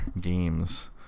games